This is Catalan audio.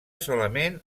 solament